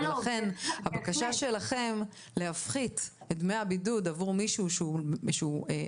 לכן הבקשה שלכם להפחית את דמי הבידוד עבור מישהו שהוא לא